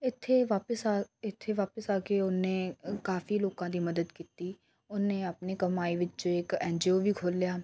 ਇੱਥੇ ਵਾਪਸ ਇੱਥੇ ਵਾਪਸ ਆ ਕੇ ਉਹਨੇ ਕਾਫੀ ਲੋਕਾਂ ਦੀ ਮਦਦ ਕੀਤੀ ਉਹਨੇ ਆਪਣੀ ਕਮਾਈ ਵਿੱਚੋਂ ਇੱਕ ਐਨਜੀਓ ਵੀ ਖੋਲਿਆ